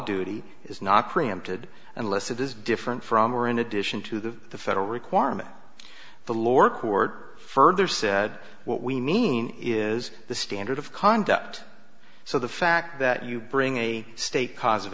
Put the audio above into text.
duty is not preempted unless it is different from or in addition to the federal requirement the lord court further said what we mean is the standard of conduct so the fact that you bring a state cause of